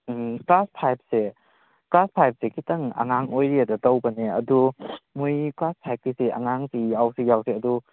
class ꯐꯥꯏꯚꯁꯦ class ꯐꯥꯏꯚꯁꯦ ꯈꯤꯇꯪ ꯑꯉꯥꯡ ꯑꯣꯏꯔꯤꯅ ꯇꯧꯕꯅꯦ ꯑꯗꯨ ꯃꯣꯏꯒꯤ ꯀ꯭ꯂꯥꯁ ꯐꯥꯏꯚꯀꯤꯁꯦ ꯑꯉꯥꯡꯁꯤꯡ ꯌꯥꯎꯁꯨ ꯌꯥꯎꯗꯦ ꯑꯗꯨ